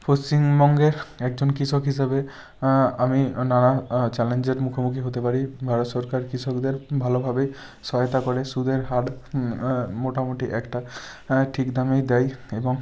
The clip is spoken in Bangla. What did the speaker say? পশ্চিমবঙ্গের একজন কৃষক হিসেবে আমি নানান চ্যালেঞ্জের মুখোমুখি হতে পারি ভারত সরকার কৃষকদের ভালোভাবে সহায়তা করে সুদের হার মোটামুটি একটা ঠিক দামেই দেয় এবং